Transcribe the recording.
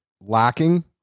lacking